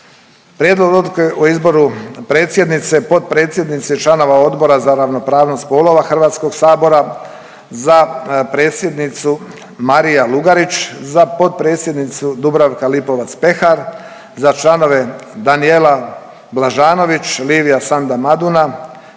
predsjednice, potpredsjednice i članova Odbora za ravnopravnost spolova HS-a, za predsjednicu Marija Lugarić, za potpredsjednicu Dubravka Lipovac Pehar, za članove Danijela Blažanović, Livia Sanda Maduna,